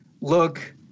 look